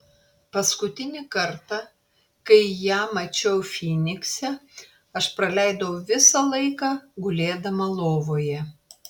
paskutinį kartą kai ją mačiau fynikse aš praleidau visą laiką gulėdama lovoje